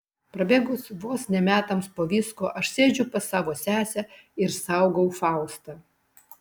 prabėgus vos ne metams po visko aš sėdžiu pas savo sesę ir saugau faustą